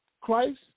Christ